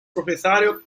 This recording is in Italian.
proprietario